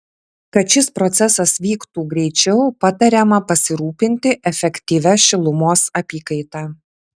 kad šis procesas vyktų greičiau patariama pasirūpinti efektyvia šilumos apykaita